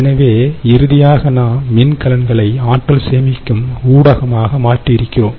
எனவே இறுதியாக நாம் மின்கலன்களை ஆற்றல்சேமிக்கும் ஊடகமாக மாற்றி இருக்கிறோம்